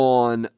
on